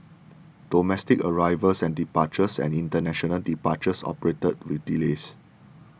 domestic arrivals and departures and international departures operated with delays